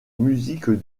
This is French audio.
musique